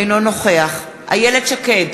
אינו נוכח איילת שקד,